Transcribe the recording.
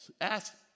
Ask